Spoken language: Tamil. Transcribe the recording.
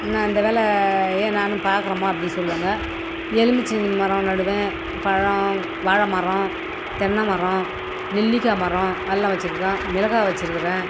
நான் இந்த வேலை ஏன் நானும் பார்க்குறேன் அம்மா அப்படினு சொல்லுவாங்க எலுமிச்சை மரம் நடுவேன் பழம் வாழை மரம் தென்னை மரம் நெல்லிக்காய் மரம் அதலாம் வச்சுருக்கேன் மிளகாய் வச்சுருக்குறேன்